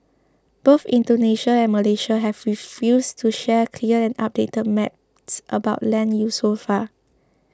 both Indonesia and Malaysia have refused to share clear and updated maps about land use so far